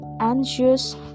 anxious